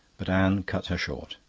but anne cut her short.